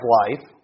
life